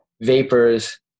vapors